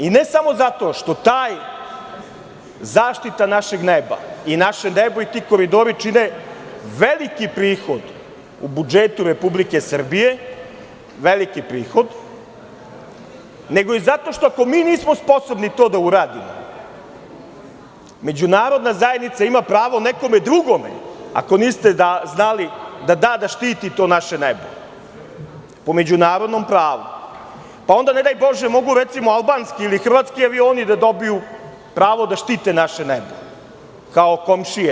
I ne samo zato što zaštita našeg neba, i naše nebo i ti koridori čine veliki prihod u budžetu Republike Srbije, nego i zato ako mi nismo sposobni da to uradimo, Međunarodna zajednica ima pravo nekome drugome, ako niste znali da da, da štiti to naše nebo po Međunarodnom pravu, pa onda ne daj Bože, mogu recimo albanski ili hrvatski avioni da dobiju pravo da štite naše nebo, kao naše komšije.